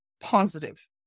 positive